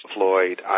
Floyd